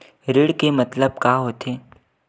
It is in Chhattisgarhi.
ऋण के मतलब का होथे?